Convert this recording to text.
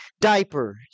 diapers